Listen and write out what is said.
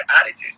attitude